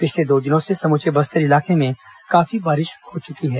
पिछले दो दिनों से समूचे बस्तर इलाके में काफी बारिश हो चुकी है